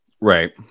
Right